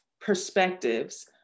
perspectives